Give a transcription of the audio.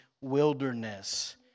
wilderness